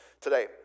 today